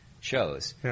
shows